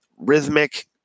rhythmic